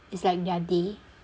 it's like their day